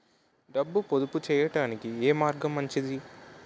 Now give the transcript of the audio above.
డబ్బు పొదుపు చేయటానికి ఏ మార్గం మంచిది?